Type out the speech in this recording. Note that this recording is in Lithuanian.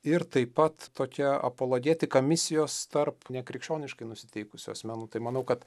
ir taip pat tokia apologetika misijos tarp nekrikščioniškai nusiteikusių asmenų tai manau kad